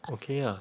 okay lah